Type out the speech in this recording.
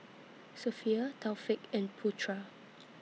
Sofea Taufik and Putra